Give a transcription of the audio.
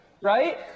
right